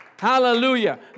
Hallelujah